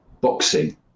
boxing